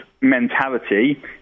mentality